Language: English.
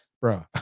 bro